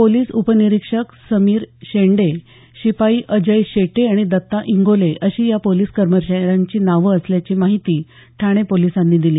police उपनिरीक्षक समीर शेंडे शिपाई अजय शेट्ये आणि दत्ता इंगोले अशी या पोलिस कर्मचाऱ्यांची नाव असल्याची माहिती ठाणे पोलिसांनी दिली